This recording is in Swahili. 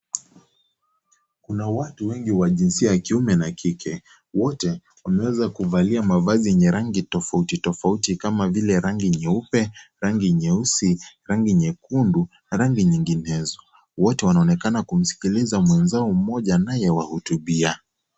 Kuna watu wengi wa jinsia ya kiume na kike, wote wameweza kuvalia mavazi yenye rangi tofauti tofauti kama vile rangi nyeupe ,rangi nyeusi ,rangi nyekundu na rangi nyinginezo wote wanaonenakana kumsikiliza mwenzao mmoja anayewahutubia.